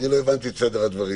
אני לא הבנתי את סדר הדברים.